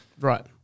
Right